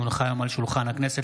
כי הונחה היום על שולחן הכנסת,